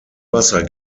wasser